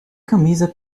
camisa